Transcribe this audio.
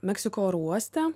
meksiko oro uoste